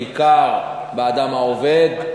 בעיקר באדם העובד,